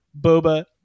boba